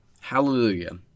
hallelujah